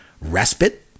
respite